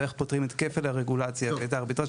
ואיך פותרים את כפל הרגולציה ואת הארביטראז'